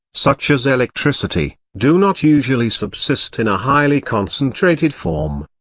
such as electricity, do not usually subsist in a highly concentrated form.